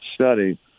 study